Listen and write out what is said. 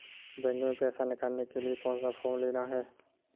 Bank में पैसा निकालने के लिए कौन सा फॉर्म लेना है?